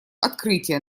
открытие